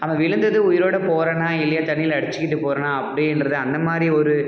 அவன் விழுந்ததும் உயிரோடு போகிறானா இல்லையா தண்ணியில் அடித்துக்கிட்டு போகிறானா அப்படின்றத அந்த மாதிரி ஒரு